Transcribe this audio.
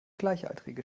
gleichaltrige